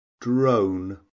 drone